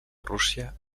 rússia